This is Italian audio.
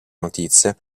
notizia